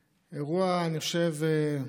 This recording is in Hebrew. אירוע, אני חושב,